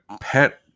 pet